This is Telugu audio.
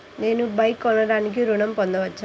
నేను బైక్ కొనటానికి ఋణం పొందవచ్చా?